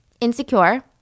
insecure